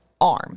arm